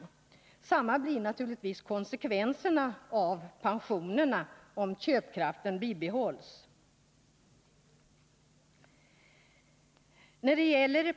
Detsamma blir naturligtvis konsekvensen beträffande pensionerna om köpkraften bibehålls.